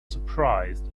surprised